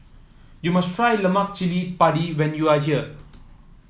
you must try Lemak Cili Padi when you are here